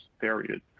period